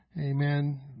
Amen